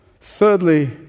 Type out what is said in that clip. Thirdly